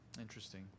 interesting